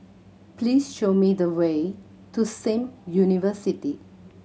please show me the way to Sim University